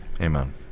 Amen